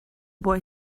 boy